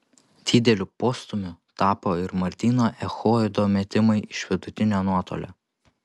dideliu postūmiu tapo ir martyno echodo metimai iš vidutinio nuotolio